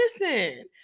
Listen